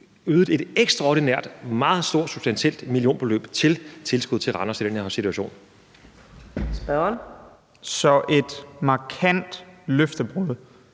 ydet et ekstraordinært, meget stort og substantielt millionbeløb i tilskud til Randers i den her situation. Kl. 14:05 Fjerde